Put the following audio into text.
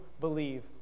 believe